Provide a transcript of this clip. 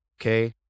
Okay